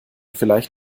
vielleicht